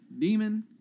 demon